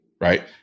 right